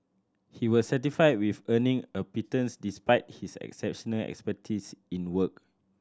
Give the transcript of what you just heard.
he was satisfied with earning a pittance despite his exceptional expertise in work